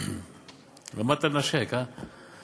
למדת לנשק, הא?